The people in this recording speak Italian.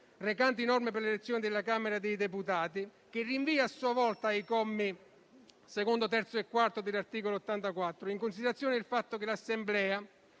recanti norme per l'elezione della Camera dei deputati, che rinvia a sua volta ai commi 2, 3 e 4 dell'articolo 84, in considerazione del fatto che l'Assemblea,